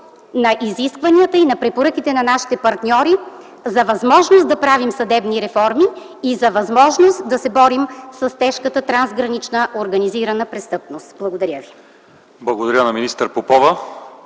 на изискванията и на препоръките на нашите партньори за възможност да правим съдебни реформи и за възможност да се борим с тежката трансгранична организирана престъпност. Благодаря ви. ПРЕДСЕДАТЕЛ ЛЪЧЕЗАР ИВАНОВ: